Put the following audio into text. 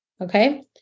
Okay